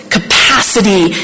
capacity